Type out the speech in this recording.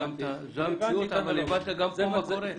זו המציאות, אבל הבנת גם כן מה קורה?